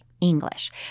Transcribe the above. English